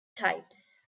types